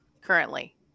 currently